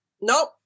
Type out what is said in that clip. Nope